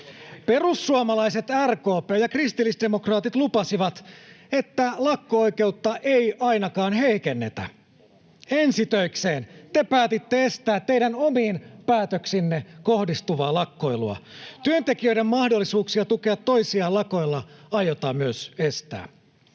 Perussuomalaiset, RKP ja kristillisdemokraatit lupasivat, että lakko-oikeutta ei ainakaan heikennetä. Ensi töiksenne te päätitte estää teidän omiin päätöksiinne kohdistuvaa lakkoilua. Myös työntekijöiden mahdollisuuksia tukea toisiaan lakoilla aiotaan estää.